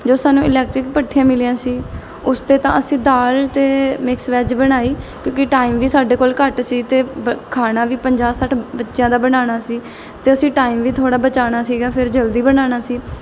ਜੋ ਸਾਨੂੰ ਇਲੈਕਟ੍ਰਿਕ ਭੱਠੀਆਂ ਮਿਲੀਆਂ ਸੀ ਉਸ 'ਤੇ ਤਾਂ ਅਸੀਂ ਦਾਲ ਅਤੇ ਮਿਕਸ ਵੈੱਜ ਬਣਾਈ ਕਿਉਂਕਿ ਟਾਈਮ ਵੀ ਸਾਡੇ ਕੋਲ ਘੱਟ ਸੀ ਅਤੇ ਬ ਖਾਣਾ ਵੀ ਪੰਜਾਹ ਸੱਠ ਬੱਚਿਆਂ ਦਾ ਬਣਾਉਣਾ ਸੀ ਅਤੇ ਅਸੀਂ ਟਾਈਮ ਵੀ ਥੋੜ੍ਹਾ ਬਚਾਉਣਾ ਸੀਗਾ ਫਿਰ ਜਲਦੀ ਬਣਾਉਣਾ ਸੀ